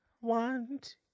want